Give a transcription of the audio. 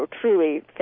truly